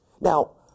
Now